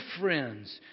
friends